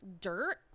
dirt